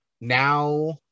now